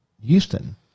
Houston